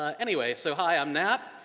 ah anyway, so hi, i'm nat.